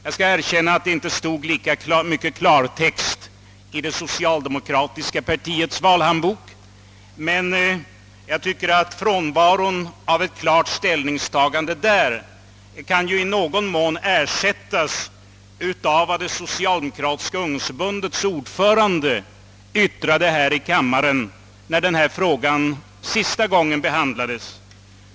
Jag skall erkänna att det inte på samma sätt är klartext i det socialdemokratiska partiets valhandbok, men jag tycker att frånvaron av ett klart ställningstagande där i någon mån kan ersättas av vad det socialdemokratiska ungdomsförbundets ordförande yttrade här i kammaren när frågan senast behandlades.